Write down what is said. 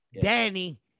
Danny